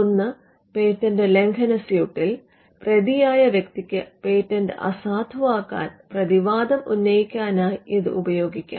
ഒന്ന് പേറ്റന്റ് ലംഘന സ്യൂട്ടിൽ പ്രതിയായ വ്യക്തിക്ക് പേറ്റന്റ് അസാധുവാക്കാൻ പ്രതിവാദം ഉന്നയിക്കാനായി ഇത് ഉപയോഗിക്കാം